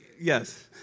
Yes